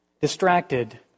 distracted